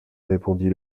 répondit